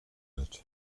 wird